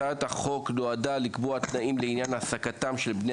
הצעת החוק נועדה לקבוע תנאים לעניין העסקתם של בני